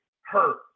hurt